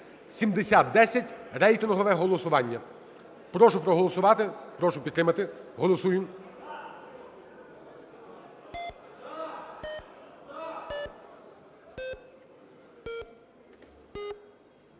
7010, рейтингове голосування. Прошу проголосувати. Прошу підтримати. Голосуємо.